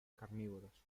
carnívoros